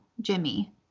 jimmy